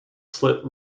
slit